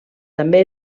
també